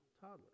toddler